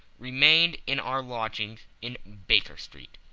remained in our lodgings in baker street,